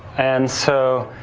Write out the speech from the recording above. and so,